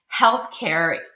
healthcare